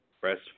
press